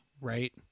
right